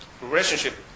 relationship